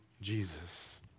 Jesus